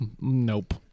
nope